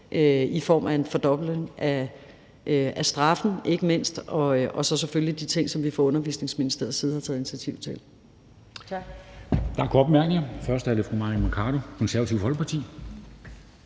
i form af en fordobling af straffen og så selvfølgelig de ting, som vi fra Undervisningsministeriets side har taget initiativ til.